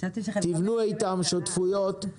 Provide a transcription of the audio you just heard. תבנו איתם שותפויות,